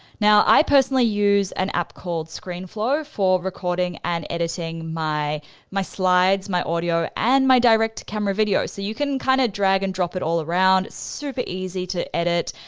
now, i personally use an app called screenflow for recording and editing my my slides, my audio and my direct-to-camera video, so you can kind of drag and drop it all around, it's super easy to edit.